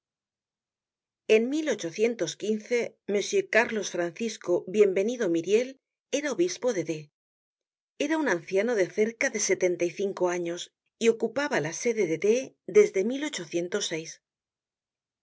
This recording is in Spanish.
en m cárlos francisco bienvenido myriel era obispo de d era un anciano de cerca de setenta y cinco años y ocupaba la sede de d desde